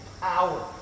power